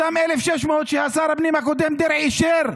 אותם 1,600 ששר הפנים הקודם דרעי אישר,